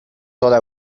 toda